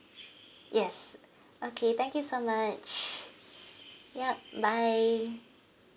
yes okay thank you so much yup bye